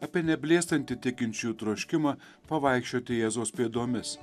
apie neblėstantį tikinčiųjų troškimą pavaikščioti jėzaus pėdomis